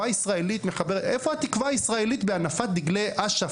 איפה התקווה הישראלית בהנפת דגלי אש"ף